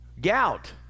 gout